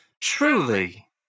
Truly